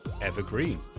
Evergreen